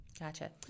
Gotcha